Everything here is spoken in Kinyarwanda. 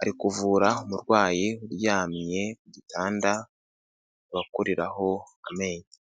ari kuvura umurwayi uryamye ku gitanda bakuriraho amenyo.